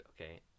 okay